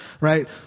right